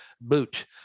Boot